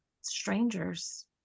strangers